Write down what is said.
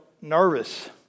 nervous